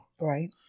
Right